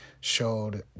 showed